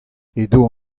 edo